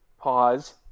pause